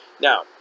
Now